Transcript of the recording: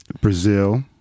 Brazil